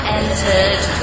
entered